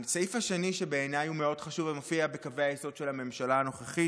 הסעיף השני שבעיניי מאוד חשוב ומופיע בקווי היסוד של הממשלה הנוכחית,